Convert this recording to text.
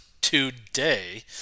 today